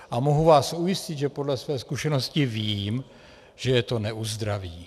A mohu vás ujistit, že podle své zkušenosti vím, že je to neuzdraví.